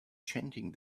chanting